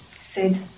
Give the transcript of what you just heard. Sid